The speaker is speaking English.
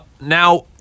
now